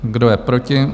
Kdo je proti?